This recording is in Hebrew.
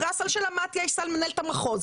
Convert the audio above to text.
אחרי הסל של המתי"א יש סל מנהלת המחוז.